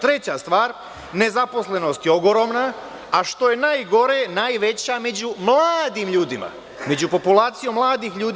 Treća stvar, nezaposlenost je ogromna, a što je najgore najveća među mladim ljudima, među populacijom mladih ljudi.